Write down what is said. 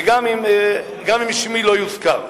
גם אם שמי לא יוזכר.